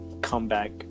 comeback